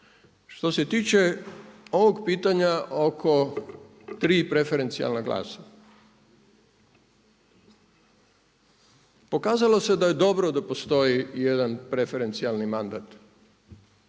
Što se tiče ovog pitanja oko tri preferencijalna glasa, pokazalo se da je dobro da postoji jedan preferencijalni mandat